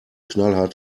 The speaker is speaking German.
knallhart